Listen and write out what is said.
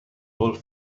whole